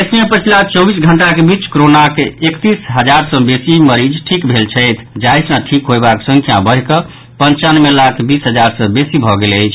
देश मे पछिला चौबीस घंटाक बीच कोरोनाक एकतीस हजार सँ बेसी मरीज के ठीक भेल छथि जाहि सँ ठीक होयबाक संख्या बढ़ि कऽ पंचानवे लाख बीस हजार सँ बेसी भऽ गेल अछि